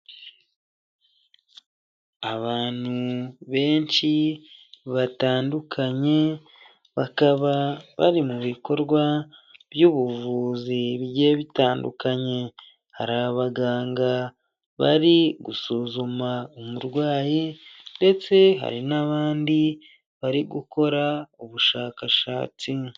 Abantu benshi batandukanye bakaba bari mu bikorwa by'ubuvuzi bigiye bitandukanye hari abaganga bari gusuzuma umurwayi ndetse hari n'abandi bari gukora ubushakashatsi.